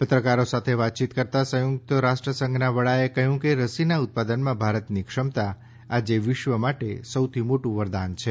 પત્રકારો સાથે વાતચીત કરતાં સંયુક્ત રાષ્ટ્રસંધનાં વડાએ કહ્યું કે રસીનાં ઉત્પાદનમાં ભારતની ક્ષમતા આજે વિશ્વ માટે સૌથી મોટું વરદાન છે